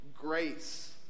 grace